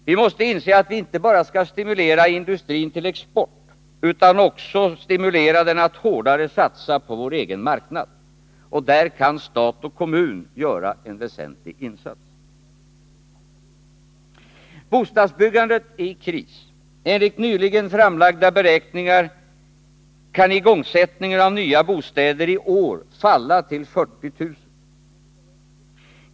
Vi måste inse att vi inte bara skall stimulera industrin till export utan också stimulera den att hårdare satsa på vår egen marknad. Där kan stat och kommun göra en väsentlig insats. Bostadsbyggandet är i kris. Enligt nyligen framlagda beräkningar kan igångsättningen av nya bostäder i år falla till 40 000.